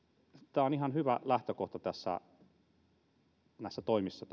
tämä valiokuntatyöskentely on ihan hyvä lähtökohta näissä toimissa